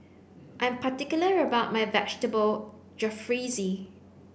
I am particular about my Vegetable Jalfrezi